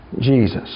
Jesus